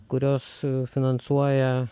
kurios finansuoja